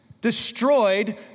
destroyed